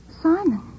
Simon